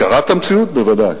הכרת המציאות, בוודאי,